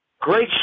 Great